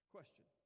Question